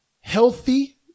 healthy